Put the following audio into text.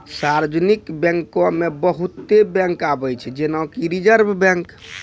सार्वजानिक बैंको मे बहुते बैंक आबै छै जेना कि रिजर्व बैंक